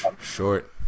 short